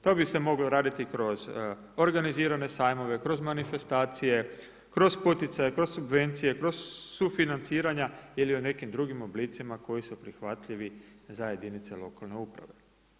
To bi se moglo raditi kroz organizirane sajmove, kroz manifestacije, kroz poticaje, kroz subvencije, kroz sufinanciranja ili o nekim drugim oblicima koji su prihvatljivi za jedinice lokalne uprave.